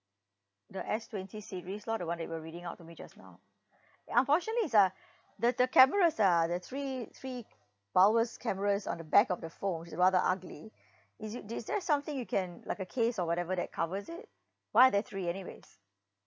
the S twenty series lah the one that you were reading out to me just now unfortunately it's uh the the cameras ah that's really three powers cameras on the back of the phones is rather ugly is it is there something you can like a case or whatever that covers it why are there three anyways